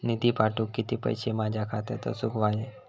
निधी पाठवुक किती पैशे माझ्या खात्यात असुक व्हाये?